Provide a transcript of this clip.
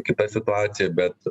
kita situacija bet